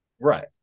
Right